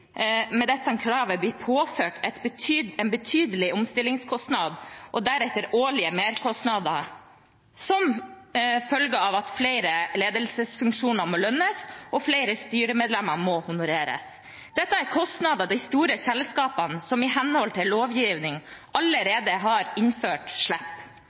med dette kravet bli påført en betydelig omstillingskostnad og deretter årlige merkostnader, som følge av at flere ledelsesfunksjoner må lønnes, og at flere styremedlemmer må honoreres. Dette er kostnader de store selskapene – som i henhold til lovgivning